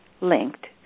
linked